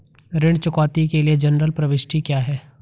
ऋण चुकौती के लिए जनरल प्रविष्टि क्या है?